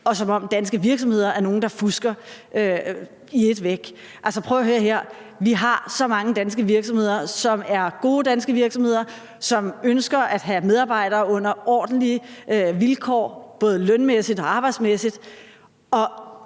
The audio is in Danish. og som om danske virksomheder er nogle, der fusker i et væk. Altså, prøv at høre her: Vi har så mange danske virksomheder, som er gode danske virksomheder, og som ønsker at have medarbejdere ansat på ordentlige vilkår både lønmæssigt og arbejdsmæssigt.